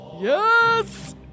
Yes